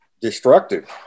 destructive